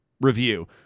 review